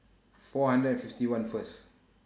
four hundred and fifty one First